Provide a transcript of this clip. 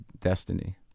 destiny